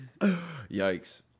Yikes